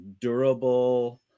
durable